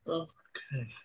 okay